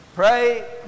Pray